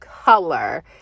color